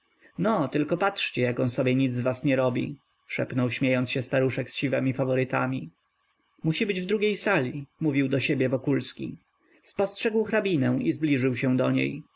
no tylko patrzcie jak on sobie nic z was nie robi szepnął śmiejąc się staruszek z siwemi faworytami musi być w drugiej sali mówił do siebie wokulski spostrzegł hrabinę i zbliżył się do niej